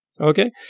Okay